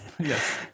Yes